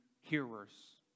hearers